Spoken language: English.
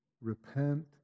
Repent